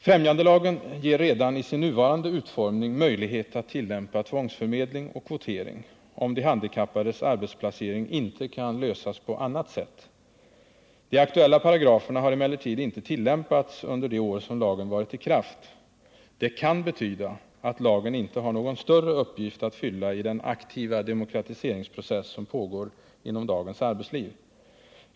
Främjandelagen ger redan i sin nuvarande utformning möjlighet att tillämpa tvångsförmedling och kvotering, om de handikappades arbetsplacering inte kan lösas på annat sätt. De aktuella paragraferna har emellertid inte tillämpats under de år som lagen varit i kraft. Det kan betyda att lagen inte har någon större uppgift att fylla i den aktiva demokratiseringsprocess som pågår inom dagens arbetsliv.